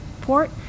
port